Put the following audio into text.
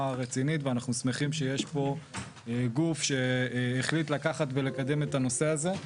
רצינית ואנחנו שמחים שיש פה גוף שהחליט לקחת ולקדם את הנושא הזה.